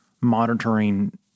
monitoring